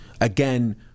again